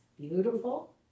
beautiful